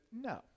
no